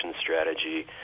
strategy